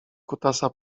kutasa